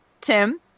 Tim